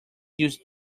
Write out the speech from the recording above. use